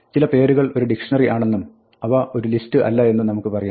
ചില പേരുകൾ ഒരു ഡിക്ഷ്ണറി ആണെന്നും അവ ഒരു ലിസ്റ്റ് അല്ല എന്നും നമുക്ക് പറയാം